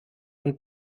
und